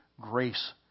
grace